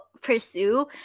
pursue